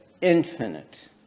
infinite